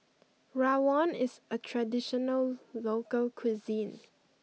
Rawon is a traditional local cuisine